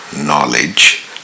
knowledge